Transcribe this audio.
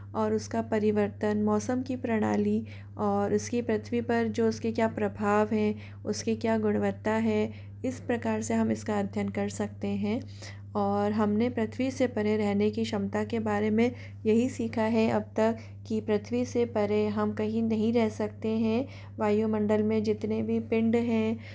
और उसका परिवर्तन मौसम की प्रणाली और उसकी पृथ्वी पर जो उसकी क्या प्रभाव हैं उसकी क्या गुणवत्ता है इस प्रकार से हम इस का अध्ययन कर सकते हैं और हमने पृथ्वी से परे रहने की क्षमता के बारे में यही सीखा है अब तक कि पृथ्वी से परे हम कहीं नहीं रह सकते हैं वायुमंडल में जितने भी पिंड हैं